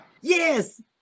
Yes